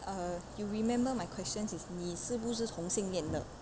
err you remember my question is 你是不是同性恋的